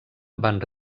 van